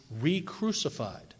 re-crucified